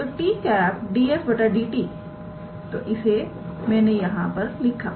तो 𝑡̂ 𝑑𝑠 𝑑𝑡 तो इसे मैंने यहां पर लिखा